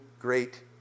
great